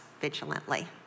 vigilantly